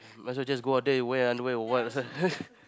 might as well go out there where when and what